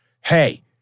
hey